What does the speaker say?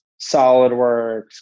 SOLIDWORKS